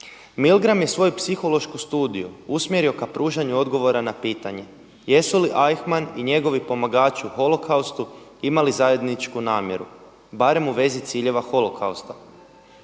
Milgram je svoju psihološku studiju usmjerio ka pružanju odgovora na pitanje jesu li Eichmann i njegovi pomagači u holokaustu imali zajedničku namjeru barem u vezi ciljeva holokausta.